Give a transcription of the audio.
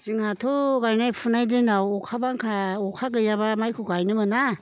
जोंहाथ' गायनाय फुनाय दिनाव अखा बांखा अखा गैयाबा माइखौ गायनो मोना